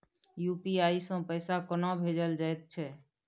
UPI सँ पैसा कोना भेजल जाइत छै?